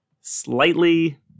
slightly